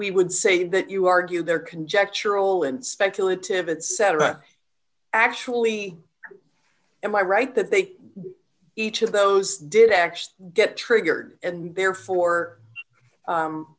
we would say that you argue there conjectural and speculative it cetera actually am i right that they each of those did actually get triggered and therefore